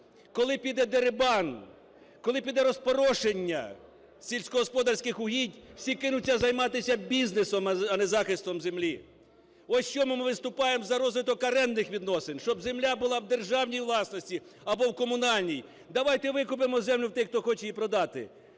коли піде дерибан, коли піде розпорошення сільськогосподарських угідь, всі кинуться займатися бізнесом, а не захистом землі. Ось чому ми виступаємо за розвиток орендних відносин, щоб земля була в державній власності або в комунальній. Давайте викупимо землю в тих, хто хоче її продати,